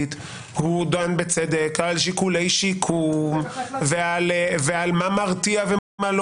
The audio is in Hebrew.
פלילית הוא דן בצדק על שיקולי שיקום ועל מה מרתיע ומה לא